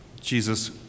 Jesus